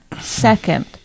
second